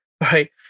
right